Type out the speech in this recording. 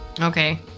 Okay